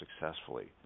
successfully